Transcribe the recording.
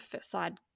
side